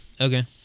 Okay